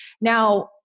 Now